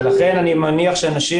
ולכן אני מניח שלאנשים,